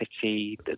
City